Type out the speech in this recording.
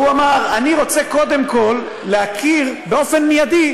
הוא אמר: אני רוצה קודם כול להכיר באופן מיידי